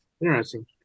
Interesting